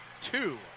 two